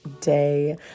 day